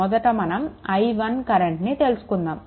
మొదట మనం i1 కరెంట్ని తీసుకుందాము